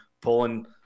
pulling